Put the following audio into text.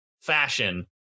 fashion